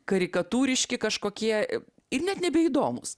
karikatūriški kažkokie ir net nebeįdomūs